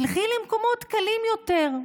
תלכי למקומות קלים יותר.